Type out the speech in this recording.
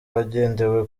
hagendewe